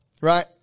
right